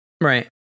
Right